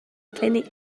cyn